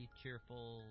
cheerful